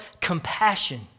compassion